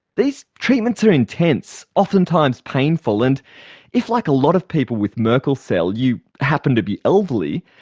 these treatments are intense, oftentimes painful and if, like a lot of people with merkel cell, you happen to be elderly,